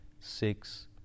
six